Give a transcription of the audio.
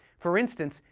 for instance,